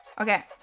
Okay